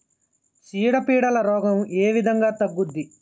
చీడ పీడల రోగం ఏ విధంగా తగ్గుద్ది?